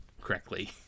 correctly